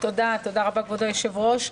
תודה רבה, כבוד היושבת-ראש.